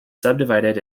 subdivided